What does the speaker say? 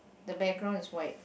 the background is white